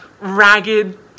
ragged